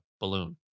balloon